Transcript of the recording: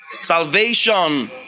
salvation